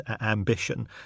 ambition